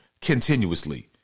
Continuously